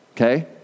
okay